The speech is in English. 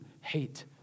hate